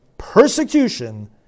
Persecution